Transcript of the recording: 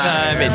Time